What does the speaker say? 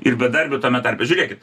ir bedarbių tame tarpe žiūrėkit